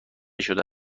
شده